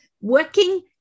working